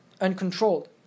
uncontrolled